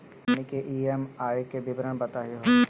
हमनी के ई.एम.आई के विवरण बताही हो?